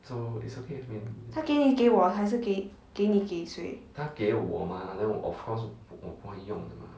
他给你给我还是给给你给谁